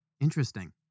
interesting